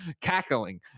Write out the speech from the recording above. cackling